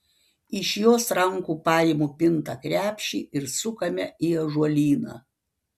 iš jos rankų paimu pintą krepšį ir sukame į ąžuolyną